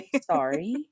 sorry